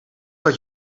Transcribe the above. wat